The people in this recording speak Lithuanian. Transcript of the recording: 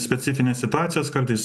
specifinės situacijos kartais